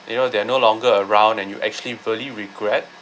you know they are no longer around and you actually fully regret